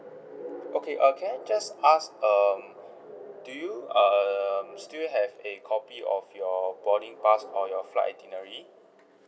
okay uh can I just ask um do you um still have a copy of your boarding pass or your flight itinerary